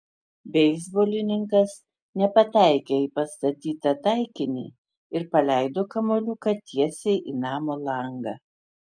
beisbolininkas nepataikė į pastatytą taikinį ir paleido kamuoliuką tiesiai į namo langą